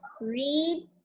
read